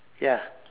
ya